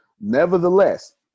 Nevertheless